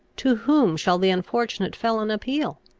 to whom shall the unfortunate felon appeal?